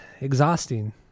Exhausting